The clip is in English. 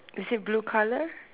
is it blue colour